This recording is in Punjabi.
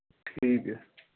ਠੀਕ ਹੈ